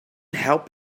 help